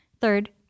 Third